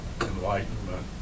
enlightenment